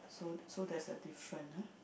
so so there's a difference ah